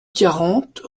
quarante